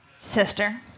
Sister